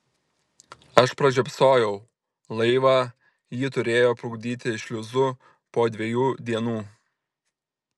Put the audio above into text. aš pražiopsojau laivą jį turėjo plukdyti šliuzu po dviejų dienų